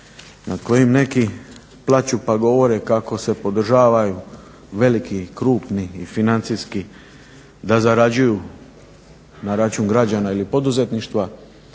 na kojim neki plaču pa govore kako se podržava veliki, krupni i financijski da zarađuju na račun građana ili poduzetništva,